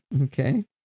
Okay